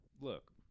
look